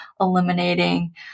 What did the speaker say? eliminating